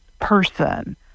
person